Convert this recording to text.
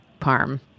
parm